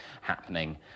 happening